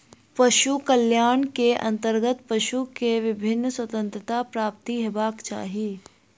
पशु कल्याण के अंतर्गत पशु के विभिन्न स्वतंत्रता प्राप्त हेबाक चाही